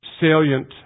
salient